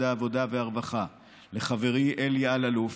העבודה והרווחה ולחברי אלי אלאלוף,